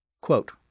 Quote